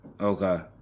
Okay